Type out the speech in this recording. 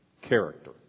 character